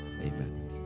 amen